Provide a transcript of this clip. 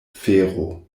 fero